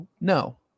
No